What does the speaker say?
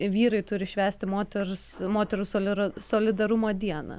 vyrai turi švęsti moters moterų solira solidarumo dieną